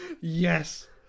Yes